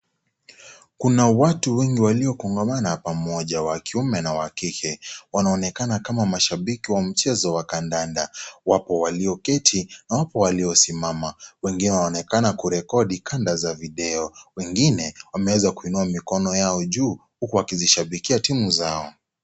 Kuna watu wengi waliokongamana pamoja, wa kiume na wa kike. Wanaoonekana kama mashabiki wa mchezo wa kandanda. Wapo walioketi na wapo waliosimama. Wengine wanaonekana kurekodi kandanda za video, wengine wameweza kuinua mikono yao juu huku wakizishabikia timu zao.